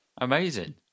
amazing